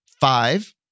five